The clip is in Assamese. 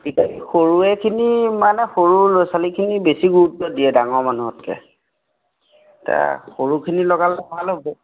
এতিয়া সৰুৱেখিনি মানে সৰু ল'ৰা ছোৱালীখিনি বেছি গুৰুত্ব দিয়ে ডাঙৰ মানুহতকৈ এতিয়া সৰুখিনি লগালে ভাল হ'ব